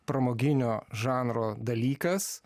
pramoginio žanro dalykas